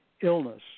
illness